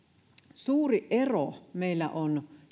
suuri ero meillä on